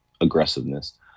aggressiveness